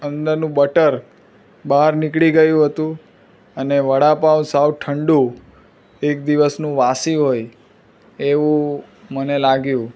અંદરનું બટર બહાર નીકળી ગયું હતું અને વડાપાઉં સાવ ઠંડુ એક દિવસનું વાસી હોય એવું મને લાગ્યું